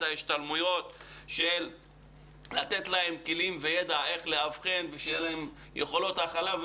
ההשתלמויות כדי לתת כלים וידע לאבחן ושיהיו להם יכולות הכלה,